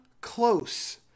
close